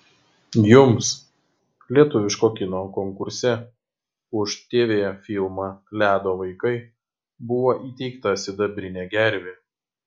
jums lietuviško kino konkurse už tv filmą ledo vaikai buvo įteikta sidabrinė gervė